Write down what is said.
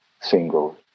single